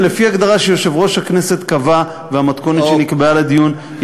זה לפי הגדרה שיושב-ראש הכנסת קבע והמתכונת שנקבעה לדיון.